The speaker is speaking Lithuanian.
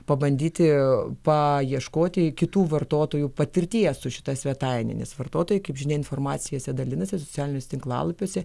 pabandyti paieškoti kitų vartotojų patirties su šita svetaine nes vartotojai kaip žinia informacija socialiniuose tinklalapiuose